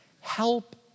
Help